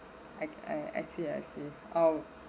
I I I see I see oh